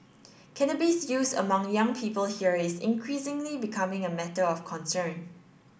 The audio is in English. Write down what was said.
cannabis use among young people here is increasingly becoming a matter of concern